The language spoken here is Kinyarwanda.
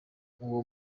uwo